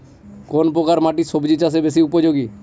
কোন প্রকার মাটি সবজি চাষে বেশি উপযোগী?